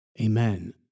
amen